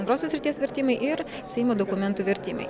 antrosios srities vertimai ir seimo dokumentų vertimai